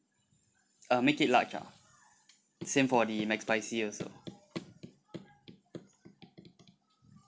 uh make it large ah same for the McSpicy also